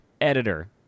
editor